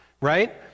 right